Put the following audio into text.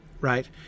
Right